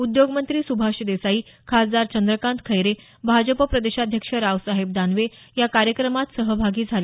उद्योगमंत्री सुभाष देसाई खासदार चंद्रकांत खैरे भाजप प्रदेशाध्यक्ष रावसाहेब दानवे या कार्यक्रमात सहभागी झाले